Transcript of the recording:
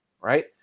right